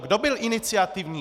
Kdo byl iniciativní?